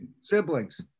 siblings